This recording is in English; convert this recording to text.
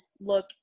look